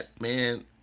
man